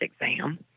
exam